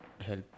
help